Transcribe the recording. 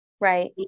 Right